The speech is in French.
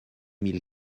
mille